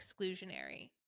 exclusionary